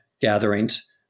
gatherings